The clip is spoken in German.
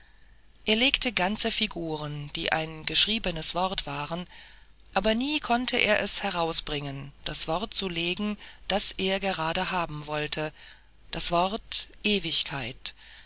er legte ganze figuren die ein geschriebenes wort waren aber nie konnte er es herausbringen das wort zu legen was er gerade haben wollte das wort ewigkeit